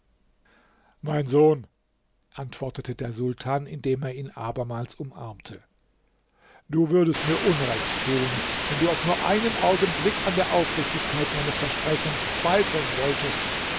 mein sohn antwortete der sultan indem er ihn abermals umarmte du würdest mir unrecht tun wenn du auch nur einen augenblick an der aufrichtigkeit meines versprechens zweifeln wolltest